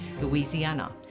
Louisiana